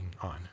on